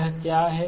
यह क्या है